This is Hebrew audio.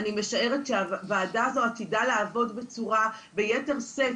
אני משערת שהוועדה הזו עתידה לעבוד ביתר שאת,